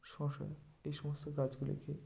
শশা এই সমস্ত গাছগুলিকে